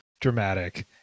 dramatic